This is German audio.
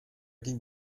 ging